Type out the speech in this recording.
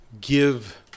give